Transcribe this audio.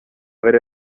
haver